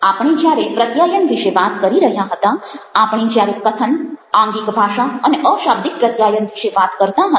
આપણે જ્યારે પ્રત્યાયન વિશે વાત કરી રહ્યાં હતાં આપણે જ્યારે કથન આંગિક ભાષા અને અશાબ્દિક પ્રત્યાયન વિશે વાત કરતા હતા